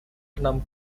enam